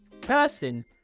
person